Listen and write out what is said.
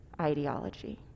ideology